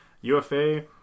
UFA